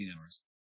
hours